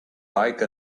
like